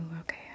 okay